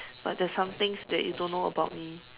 but there's some things that you don't know about me